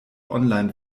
online